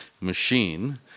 machine